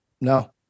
no